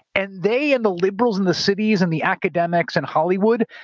and they, and the liberals in the cities. and the academics and hollywood,